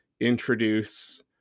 introduce